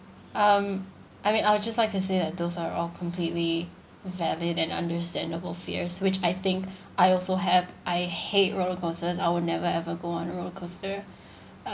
um I mean I would just like to say that those are all completely valid and understandable fears which I think I also have I hate roller coasters I would never ever go on a roller coaster